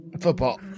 Football